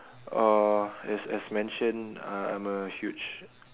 uh as as mentioned uh I'm a huge